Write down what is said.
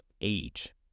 age